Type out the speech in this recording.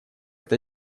это